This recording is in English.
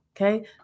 Okay